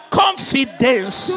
confidence